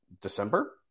December